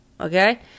Okay